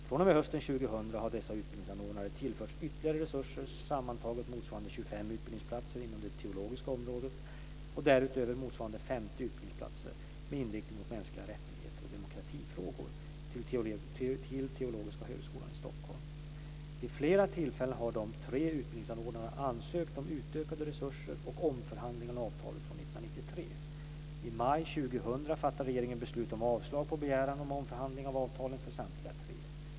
fr.o.m. hösten 2000 har dessa utbildningsanordnare tillförts ytterligare resurser, sammantaget motsvarande 25 utbildningsplatser inom det teologiska området och därutöver motsvarande 50 utbildningsplatser med inriktning mot mänskliga rättigheter och demokratifrågor till Teologiska Högskolan, Stockholm. Vid flera tillfällen har de tre utbildningsanordnarna ansökt om utökade resurser och omförhandling av avtalen från 1993. I maj 2000 fattade regeringen beslut om avslag på begäran om omförhandling av avtalen för samtliga tre.